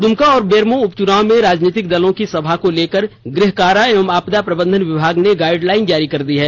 दुमका और बेरमो उपचुनाव में राजनीतिक दलों की सभा को लेकर गृह कारा एवं आपदा प्रबंधन विभाग ने गाइडलाइन जारी कर दी है